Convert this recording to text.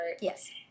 yes